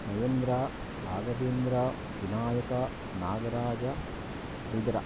Mayendra Raghavendra Vinayaka Nagaraja Shridhara